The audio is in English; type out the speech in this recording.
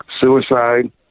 suicide